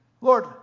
Lord